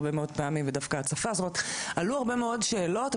עלו הרבה מאוד שאלות,